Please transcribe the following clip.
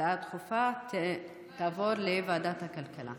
ההצעה הדחופה תעבור לוועדת הכלכלה.